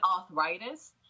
arthritis